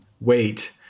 Wait